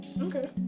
okay